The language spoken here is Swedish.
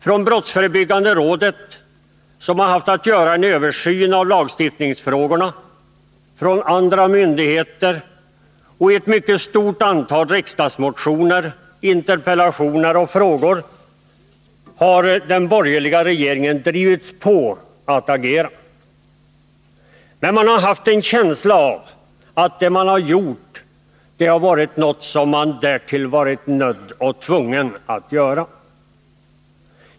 Från Brottsförebyggande rådet, som har haft att göra en översyn av lagstiftningsfrågorna, från andra myndigheter och i ett mycket stort antal riksdagsmotioner, interpellationer och frågor har den borgerliga regeringen drivits på att agera. Men man har haft en känsla av att det den gjort har varit sådant som den varit nödd och tvungen att göra.